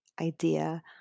idea